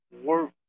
work